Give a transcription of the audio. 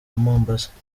mombasa